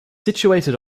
situated